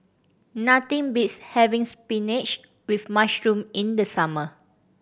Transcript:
nothing beats having spinach with mushroom in the summer